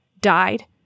died